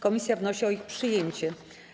Komisja wnosi o ich przyjęcie.